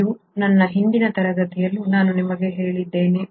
ಇದು ನನ್ನ ಹಿಂದಿನ ತರಗತಿಯಲ್ಲೂ ನಾನು ನಿಮಗೆ ಹೇಳಿದ್ದೇನೆ